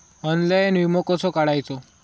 Online विमो कसो काढायचो?